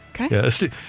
Okay